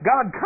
God